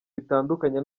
bitandukanye